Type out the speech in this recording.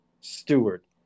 steward